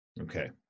Okay